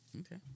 Okay